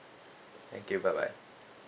thank you bye bye